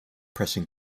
pressing